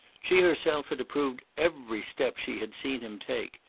she herself had approved every step she had seen him take.